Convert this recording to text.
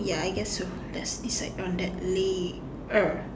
ya I guess so let's decide on that later